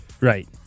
Right